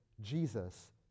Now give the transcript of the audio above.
Jesus